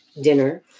Dinner